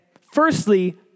Firstly